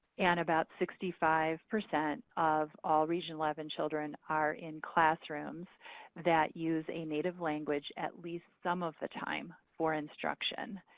and about sixty five percent of all region xi and children are in classrooms that use a native language at least some of the time for instruction.